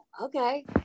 okay